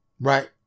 Right